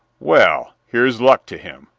well, here's luck to him,